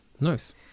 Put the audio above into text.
Nice